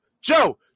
Joe